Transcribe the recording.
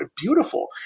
beautiful